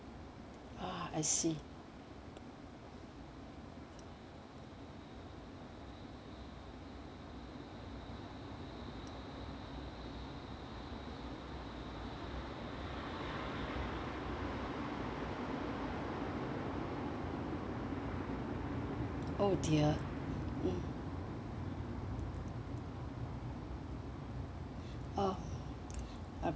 uh I see oh dear mm oh